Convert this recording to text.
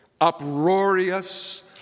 uproarious